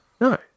No